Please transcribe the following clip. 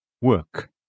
Work